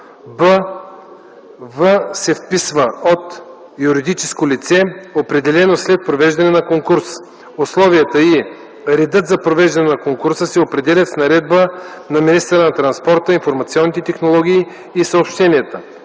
б. „в” се извършва от юридическо лице, определено след провеждане на конкурс. Условията и, редът за провеждане на конкурса се определят с наредба на министъра на транспорта, информационните технологии и съобщенията.”